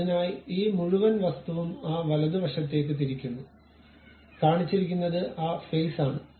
അതിനായി ഈ മുഴുവൻ വസ്തുവും ആ വലതുവശത്തേക്ക് തിരിക്കുന്നു കാണിച്ചിരിക്കുന്നത് ആ ഫേസ് ആണ്